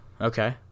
Okay